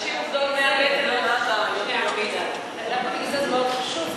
נשים עובדות, ודווקא בגלל זה, זה מאוד חשוב.